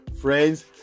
friends